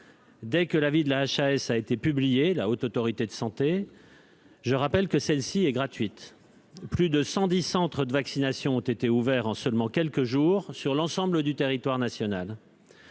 dès que l'avis de la Haute Autorité de santé (HAS) a été publié. Je rappelle que celle-ci est gratuite. Plus de 110 centres de vaccination ont été ouverts en seulement quelques jours sur l'ensemble du territoire national.